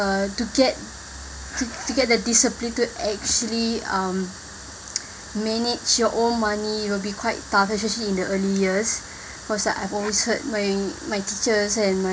uh to get to get the discipline to actually um manage your own money will be quite tough especially in the early years cause like I've always heard my my teachers and my